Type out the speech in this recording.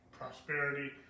prosperity